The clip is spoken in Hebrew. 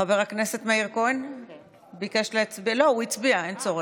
חבר הכנסת ולדימיר וחבר הכנסת אשר, בעד,